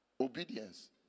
Obedience